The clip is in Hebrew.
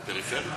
היא פריפריה.